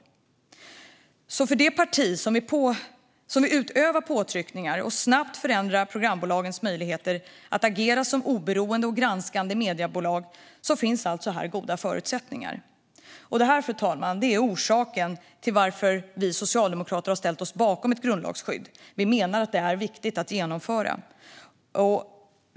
Det finns alltså goda förutsättningar för det parti som vill utöva påtryckningar och snabbt förändra programbolagens möjligheter att agera som oberoende och granskande mediebolag. Detta, fru talman, är orsaken till att vi socialdemokrater har ställt oss bakom ett grundlagsskydd. Vi menar att det är viktigt att genomföra ett sådant.